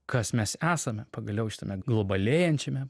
kas mes esame pagaliau šitame globalėjančiame